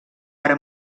ara